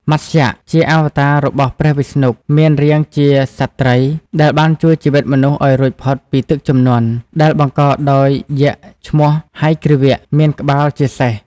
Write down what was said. មត្ស្យ ជាអវតាររបស់ព្រះវិស្ណុ មានរាងជាសត្វត្រី ដែលបានជួយជីវិតមនុស្សឱ្យរួចផុតពីទឹកជំនន់ ដែលបង្កដោយយក្សឈ្មោះ ហយគ្រីវៈ(មានក្បាលជាសេះ)។